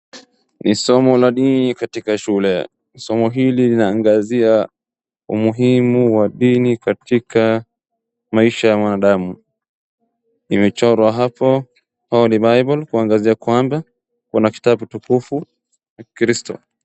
Nisomo la dini katika shule, somo hili linaangazia umuhimu wa dini katika maisha ya mwanadamu, limechorwa hapo holy bible kuangazia kwamba kuna kitabu tukufu kristo.